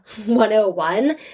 101